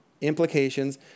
implications